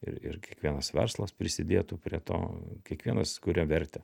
ir ir kiekvienas verslas prisidėtų prie to kiekvienas kuria vertę